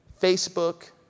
Facebook